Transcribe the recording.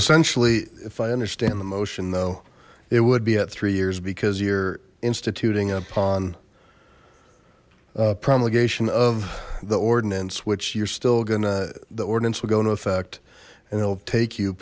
essentially if i understand the motion though it would be at three years because you're instituting a pond promulgation of the ordinance which you're still gonna the ordinance will go into effect and it'll take you